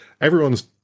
everyone's